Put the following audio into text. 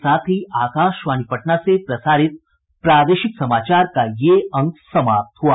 इसके साथ ही आकाशवाणी पटना से प्रसारित प्रादेशिक समाचार का ये अंक समाप्त हुआ